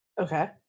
Okay